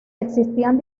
existían